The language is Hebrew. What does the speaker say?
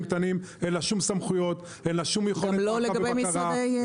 קטנים אין שום סמכויות או יכולת מעקב ובקרה.